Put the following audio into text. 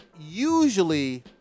Usually